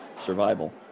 survival